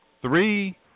Three